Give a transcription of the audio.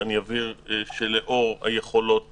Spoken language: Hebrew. אני אבהיר שלאור היכולות